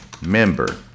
member